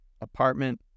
apartment